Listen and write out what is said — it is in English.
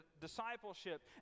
discipleship